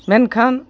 ᱢᱮᱱᱠᱷᱟᱱ